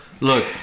look